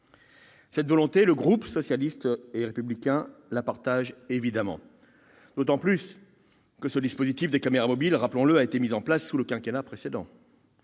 Cette volonté, le groupe socialiste et républicain la partage évidemment, d'autant que ce dispositif, rappelons-le, a été mis en place sous le quinquennat précédent.